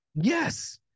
Yes